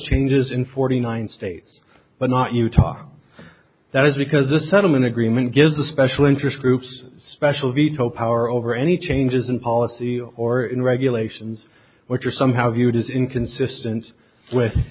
changes in forty nine states but not you talk that is because the settlement agreement gives the special interest groups special veto power over any changes in policy or in regulations which are somehow viewed as inconsistent with